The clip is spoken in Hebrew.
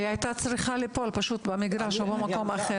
היא היתה צריכה פשוט ליפול במגרש או במקום אחר.